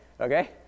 Okay